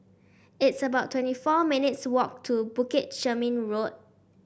it's about twenty four minutes' walk to Bukit Chermin Road